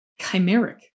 chimeric